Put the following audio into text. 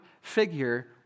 figure